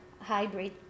hybrid